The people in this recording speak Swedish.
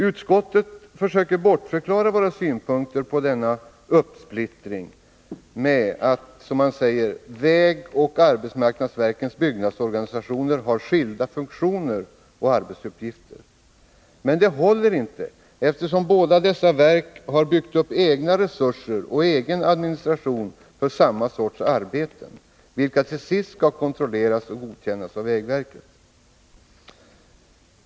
Utskottet försöker bortförklara våra synpunkter på denna uppsplittring med att ”vägoch arbetsmarknadsverkens byggnadsorganisation i väsentliga delar har skilda funktioner och arbetsuppgifter”. Men det håller inte, eftersom båda dessa verk har byggt upp egna resurser och egen administration för samma sorts arbeten, vilka till sist skall kontrolleras och godkännas av vägverket.